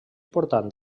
portant